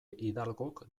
hidalgok